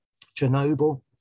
Chernobyl